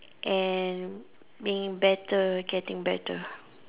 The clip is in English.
and being better getting better